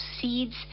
seeds